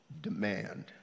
demand